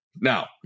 now